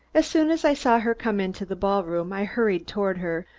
as soon as i saw her come into the ballroom, i hurried toward her,